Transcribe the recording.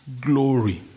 glory